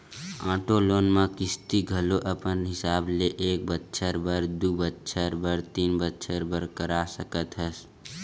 auto loan म किस्ती घलो अपन हिसाब ले एक बछर बर, दू बछर बर, तीन बछर बर करा सकत हस